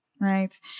Right